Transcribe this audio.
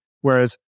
Whereas